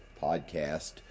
podcast